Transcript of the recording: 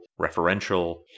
referential